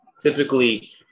Typically